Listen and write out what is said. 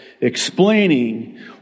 explaining